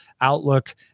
Outlook